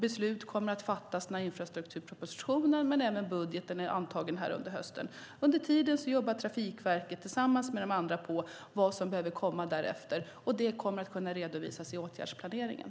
Beslut kommer att fattas när infrastrukturpropositionen och budgeten i höst antagits. Under tiden jobbar Trafikverket tillsammans med de andra på vad som behöver komma därefter. Det kommer att kunna redovisas i åtgärdsplaneringen.